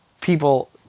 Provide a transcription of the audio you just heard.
people